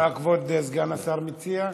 מה כבוד סגן השר מציע?